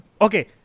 okay